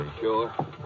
Sure